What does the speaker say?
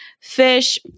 fish